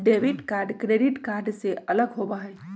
debit card credit card से अलग होबा हई